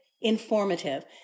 informative